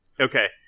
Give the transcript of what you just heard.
Okay